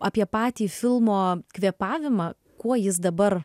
apie patį filmo kvėpavimą kuo jis dabar